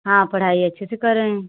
हाँ पढ़ाई अच्छे से कर रहे हैं